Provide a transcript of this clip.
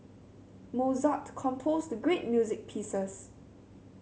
Mozart composed great music pieces